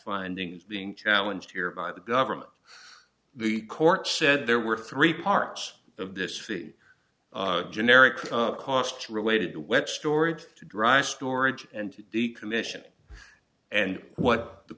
finding is being challenged here by the government the court said there were three parts of this fee generic costs related to web storage dry storage and the commission and what the